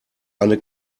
eine